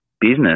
business